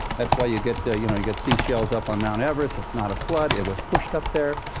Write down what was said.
that's why you get, you know, you get seashells up on mount everest. it's not a flood, it was pushed up there.